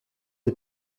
des